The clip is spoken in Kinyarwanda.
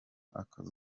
akazi